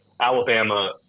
Alabama